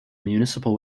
municipal